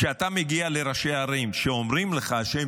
כשאתה מגיע לראשי ערים שאומרים לך שהם